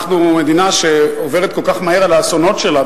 אנחנו מדינה שעוברת כל כך מהר על האסונות שלה,